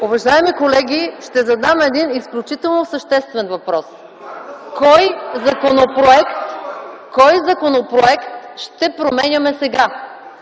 Уважаеми колеги, ще задам един изключително съществен въпрос: кой законопроект ще променяме сега